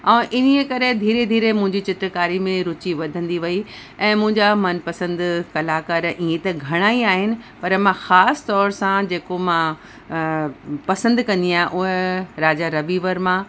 ऐं इनीअ करे धीरे धीरे मुंहिंजी चित्रकारी में रुचि वधंदी वई ऐं मुंहिंजा मनपसंदि कलाकार ईअं त घणा ई आहिनि पर मां ख़ास तौर सां जेको मां पसंदि कंदी आहियां उहे राजा रवि वर्मा